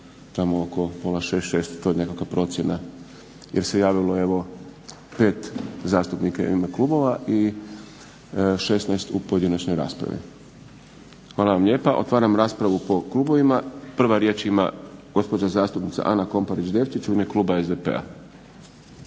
da će to biti negdje tamo oko 17,30-18,00 jer se javilo evo 5 zastupnika u ime klubova i 16 u pojedinačnoj raspravi. Hvala vam lijepa. Otvaram raspravu po klubovima. Prva riječ ima gospođa zastupnica Ana Komparić Devčić u ime kluba SDP-a.